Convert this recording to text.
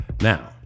now